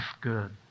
good